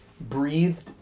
breathed